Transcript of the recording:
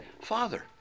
Father